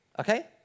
Okay